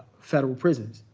federal prisons,